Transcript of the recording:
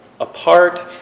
Apart